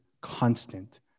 constant